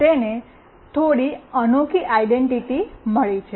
તેને થોડી અનોખી આઇડેન્ટિટી મળી છે